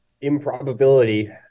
improbability